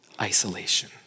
isolation